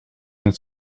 met